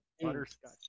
butterscotch